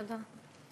תודה.